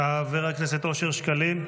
חבר הכנסת אושר שקלים,